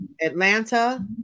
Atlanta